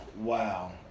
Wow